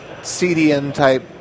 CDN-type